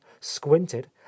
squinted